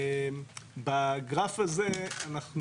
בגרף הזה אנחנו